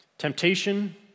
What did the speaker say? Temptation